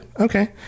okay